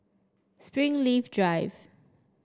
Springleaf Drive